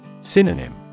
Synonym